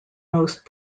most